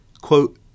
quote